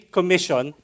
Commission